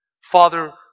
Father